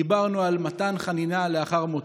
דיברנו על מתן חנינה לאחר מותו.